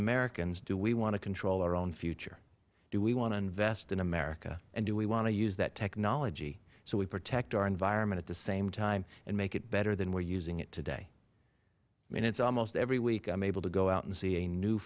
americans do we want to control our own future do we want to invest in america and do we want to use that technology to protect our environment at the same time and make it better than we're using it today and it's almost every week i'm able to go out and see a new